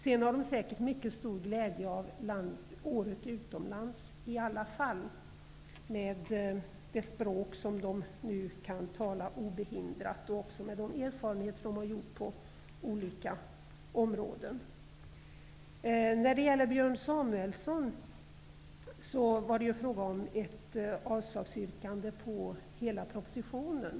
De har säkert mycket stor glädje av året utomlands med det språk de nu kan tala obehindrat och med de erfarenheter som de har fått på olika områden. Björn Samuelson yrkade avslag på hela propositionen.